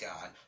God